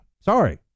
sorry